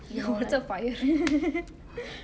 it's a fire